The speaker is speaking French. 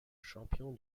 champion